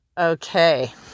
Okay